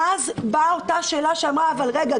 ואז באה אותה שאלה שאמרה: אבל רגע,